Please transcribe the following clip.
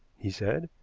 he said.